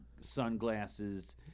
Sunglasses